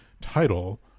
title